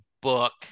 book